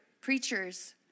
preachers